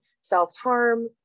self-harm